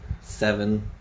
seven